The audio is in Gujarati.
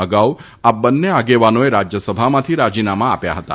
અગાઉ આ બંને આગેવાનોએ રાજયસભામાંથી રાજીનામાં આપ્યાં હતાં